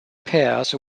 pairs